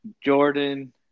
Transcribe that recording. Jordan